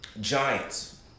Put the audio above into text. Giants